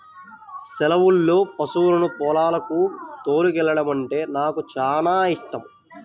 సెలవుల్లో పశువులను పొలాలకు తోలుకెల్లడమంటే నాకు చానా యిష్టం